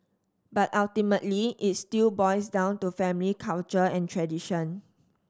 but ultimately it still boils down to family culture and tradition